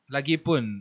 Lagipun